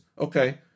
Okay